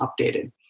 updated